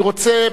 אני רוצה,